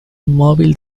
móvil